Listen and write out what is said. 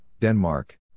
Denmark